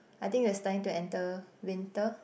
I think it was starting to enter winter